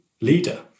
leader